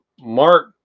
Mark